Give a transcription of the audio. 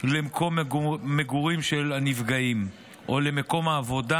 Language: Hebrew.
למקום המגורים של הנפגעים או למקום העבודה